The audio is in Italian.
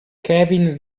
kevin